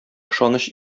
ышаныч